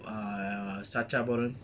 err sarchaparu